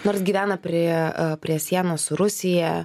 nors gyvena prie prie sienos su rusija